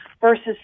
versus